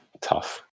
tough